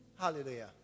hallelujah